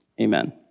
Amen